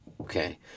Okay